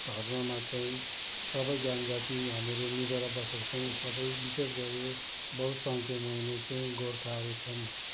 धर्ममा चाहिँ सबै जनजाति हामीहरू मिलेर बसेको छौँ सबै विशेष गरेर बहु सङ्ख्यामा हुने चाहिँ गोर्खाहरू छन्